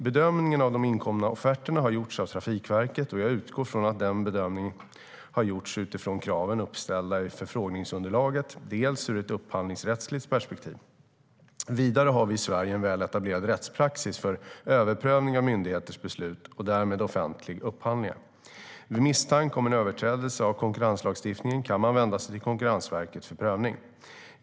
Bedömningen av de inkomna offerterna har gjorts av Trafikverket, och jag utgår ifrån att denna bedömning har gjorts dels utifrån kraven uppställda i förfrågningsunderlaget, dels ur ett upphandlingsrättsligt perspektiv. Vidare har vi i Sverige en väl etablerad rättspraxis för överprövning av myndigheters beslut och därmed offentliga upphandlingar. Vid misstanke om en överträdelse av konkurrenslagen kan man vända sig till Konkurrensverket för prövning.